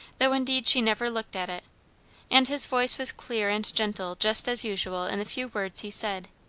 though indeed she never looked at it and his voice was clear and gentle just as usual in the few words he said.